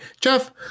jeff